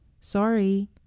Sorry